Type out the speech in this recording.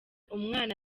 umwana